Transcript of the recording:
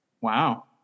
Wow